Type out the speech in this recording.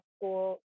School